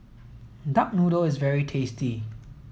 duck noodle is very tasty